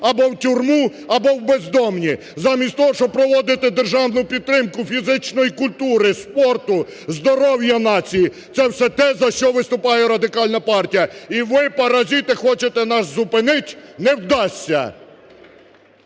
або в тюрму, або в бездомні. Замість того, щоб проводити державну підтримку фізичної культури, спорту, здоров'я нації – це все те, за що виступає Радикальна партія. І ви, паразити, хочете нас зупинить?! Не вдасться!